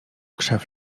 krzew